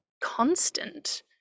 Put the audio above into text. constant